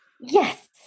Yes